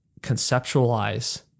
Conceptualize